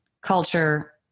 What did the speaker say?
culture